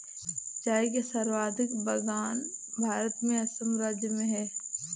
चाय के सर्वाधिक बगान भारत में असम राज्य में है